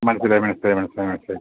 മനസിലായി മനസിലായി മനസിലായി മനസിലായി